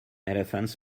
elephants